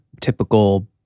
typical